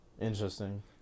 Interesting